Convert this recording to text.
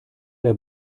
der